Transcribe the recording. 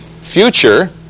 future